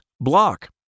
block